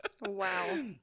Wow